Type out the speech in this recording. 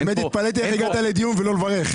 האמת היא שהתפלאתי איך הגעת לדיון, ולא לברך.